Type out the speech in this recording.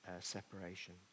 separation